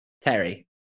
Terry